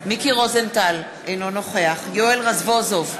מיקי רוזנטל, אינו נוכח יואל רזבוזוב,